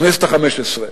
בכנסת החמש-עשרה.